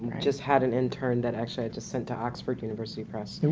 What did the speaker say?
just had an intern that actually i just sent to oxford university press,